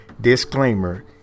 Disclaimer